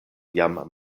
jam